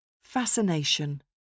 Fascination